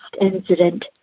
incident